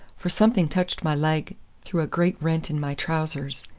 for something touched my leg through a great rent in my trousers.